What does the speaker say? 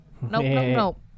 Nope